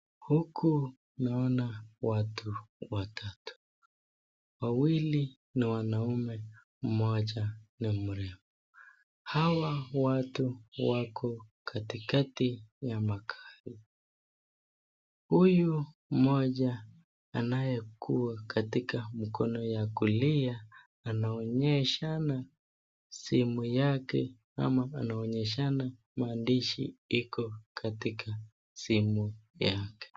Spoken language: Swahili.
Huku naona wau watatu, wawili ni wanaume mmoja ni mrembo, hawa watu wako katikati ya magari huyo mmoja anayekuwa katika mkono wa kulia anaonyeshana simu yake, ama anaonyeshana maandishi iko katika simu yake.